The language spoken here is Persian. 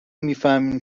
میفهمین